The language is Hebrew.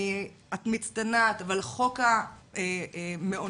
את מצטנעת, אבל חוק המעונות,